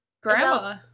Grandma